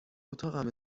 اتاقم